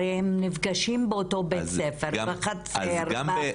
הרי, הם נפגשים באותו בית הספר, בחצר וכו'.